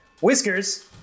whiskers